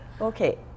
okay